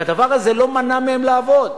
והדבר הזה לא מנע מהם לעבוד,